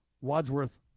Wadsworth